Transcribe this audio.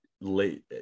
late